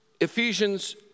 Ephesians